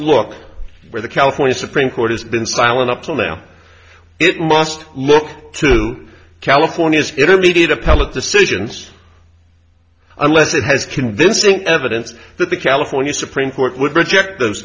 look where the california supreme court has been silent up till now it must look to california intermediate appellate decisions unless it has convincing evidence that the california supreme court would reject those